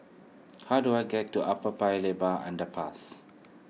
how do I get to Upper Paya Lebar Underpass